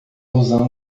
usando